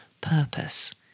purpose